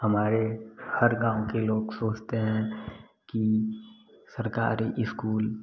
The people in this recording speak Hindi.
हमारे हर गाँव के लोग सोचते हैं की सरकारी इस्कूल